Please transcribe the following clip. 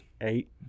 Eight